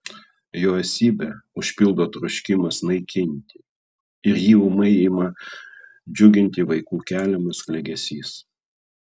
jo esybę užpildo troškimas naikinti ir jį ūmai ima džiuginti vaikų keliamas klegesys